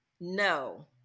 No